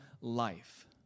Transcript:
life